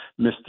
Mr